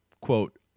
quote